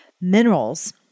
minerals